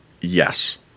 yes